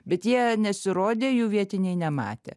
bet jie nesirodė jų vietiniai nematė